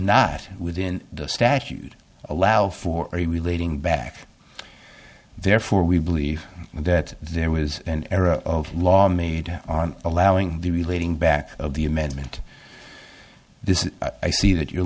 not within the statute allow for a relating back therefore we believe that there was an error of law made on allowing the relating back of the amendment this is i see that you're